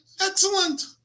excellent